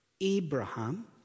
Abraham